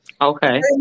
Okay